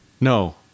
No